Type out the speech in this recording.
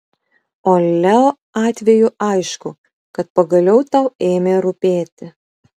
o leo atveju aišku kad pagaliau tau ėmė rūpėti